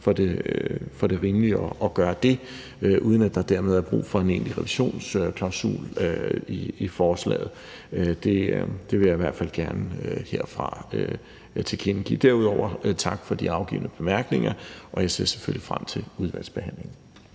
for det rimelige at gøre, uden at der dermed er brug for en egentlig revisionsklausul i forslaget. Det vil jeg i hvert fald gerne herfra tilkendegive. Derudover tak for de afgivne bemærkninger. Jeg ser selvfølgelig frem til udvalgsbehandlingen.